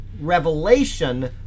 revelation